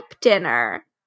dinner